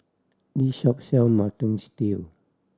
this shop sell Mutton Stew